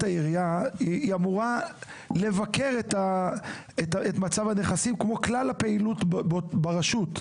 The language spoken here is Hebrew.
העירייה היא אמורה לבקר את מצב הנכסים כמו את כלל הפעילות ברשות,